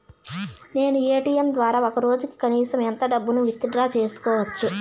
నేను ఎ.టి.ఎం ద్వారా ఒక రోజుకి కనీసం ఎంత డబ్బును విత్ డ్రా సేసుకోవచ్చు?